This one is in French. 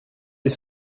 les